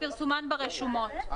ופרסומן ברשומות.